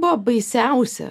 buvo baisiausia